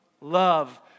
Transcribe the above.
love